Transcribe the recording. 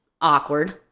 awkward